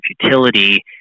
futility